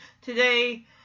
Today